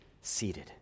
seated